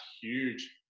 huge